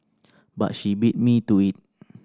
but she beat me to it